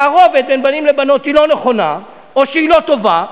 שהתערובת בין בנים לבנות היא לא נכונה או שהיא לא טובה,